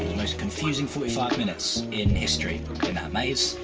most confusing forty five minutes in history, in that maze.